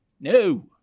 No